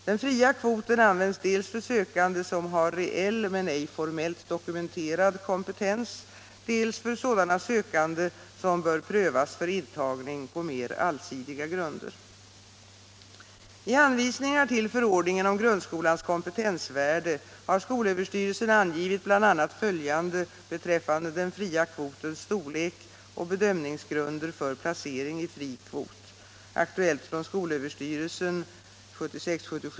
Den fria kvoten används dels för sökande som har reell men ej formellt dokumenterad kompetens, dels för sådana sökande som bör prövas för intagning på mer allsidiga grunder. I anvisningar till förordningen om grundskolans kompetensvärde har skolöverstyrelsen angivit bl.a. följande beträffande den fria kvotens storlek och bedömningsgrunder för placering i fri kvot .